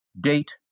date